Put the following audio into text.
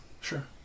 Sure